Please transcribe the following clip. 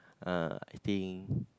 uh I think